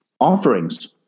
offerings